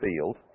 field